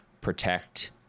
protect